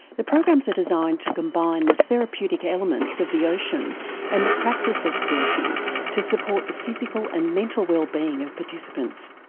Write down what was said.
the programs are designed to combine the therapeutic elements of the ocean and the practice of surfing to support the physical and mental well-being of participants.